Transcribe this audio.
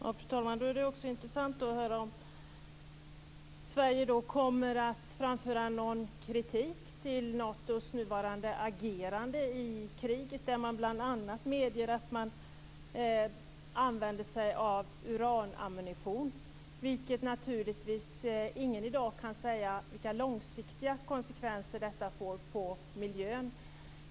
Fru talman! Då är det också intressant att höra om Sverige kommer att framföra någon kritik av Natos nuvarande agerande i kriget, där man bl.a. medger att man använder sig av uranammunition. Naturligtvis kan ingen i dag säga vilka långsiktiga konsekvenser det får för miljön.